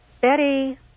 Betty